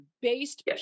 based